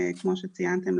כמו שציינתם,